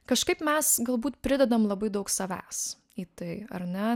kažkaip mes galbūt pridedam labai daug savęs į tai ar ne